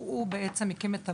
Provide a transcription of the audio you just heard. שהוא בעצם הקים את הוועדה.